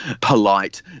polite